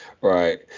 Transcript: Right